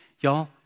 Y'all